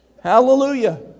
hallelujah